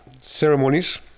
ceremonies